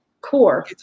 core